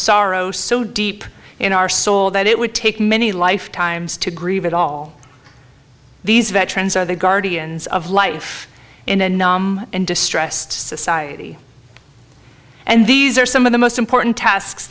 sorrow so deep in our soul that it would take many lifetimes to grieve it all these veterans are the guardians of life in a numb and distressed society and these are some of the most important tasks